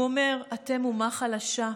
הוא אומר: אתם אומה חלשה,